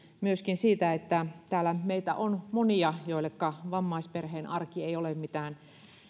myöskin siitä että täällä meitä on monia joilleka vammaisperheen arki ei ole mitään